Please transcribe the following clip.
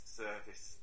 service